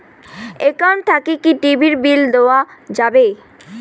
Account থাকি কি TV bill দেওয়া যাবে?